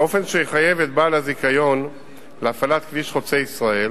באופן שיחייב את בעל הזיכיון להפעלת כביש חוצה-ישראל,